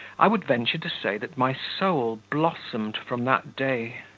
i would venture to say that my soul blossomed from that day.